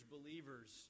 believers